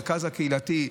המרכז הקהילתי,